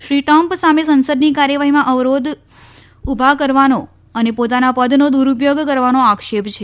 Shri Trump સામે સંસદની કાર્યવાઠ્ઠીમાં અવરોધ ઉભા કરવાનો અને પોતાના પદનો દુરૂપયોગ કરવાનો આક્ષેપ છે